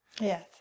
Yes